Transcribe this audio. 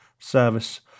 service